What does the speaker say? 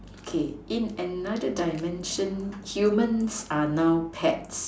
okay in another dimension humans are now pets